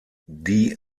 die